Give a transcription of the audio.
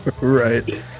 Right